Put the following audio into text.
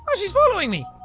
but she's following me.